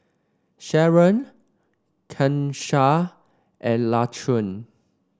Sharron Kanesha and Laquan